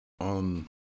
on